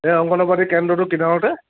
এই অংগনাবাদী কেন্দ্ৰটোৰ কিনাৰতে